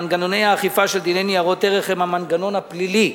מנגנוני האכיפה של דיני ניירות ערך הם המנגנון הפלילי,